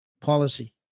policy